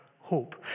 hope